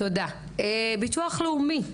ביטוח לאומי.